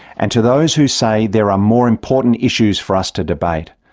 and to those who say there are more important issues for us to debate,